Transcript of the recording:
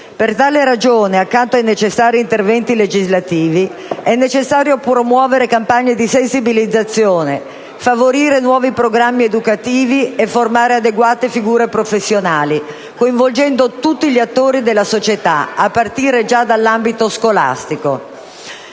Per tale ragione, accanto ai necessari interventi legislativi, è necessario promuovere campagne di sensibilizzazione, favorire nuovi programmi educativi e formare adeguate figure professionali, coinvolgendo tutti gli attori della società, a partire già dall'ambito scolastico.